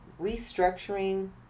restructuring